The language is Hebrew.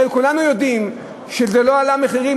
הרי כולנו יודעים שזה לא עליית המחירים.